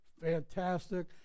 Fantastic